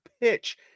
pitch